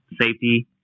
safety